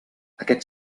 aquest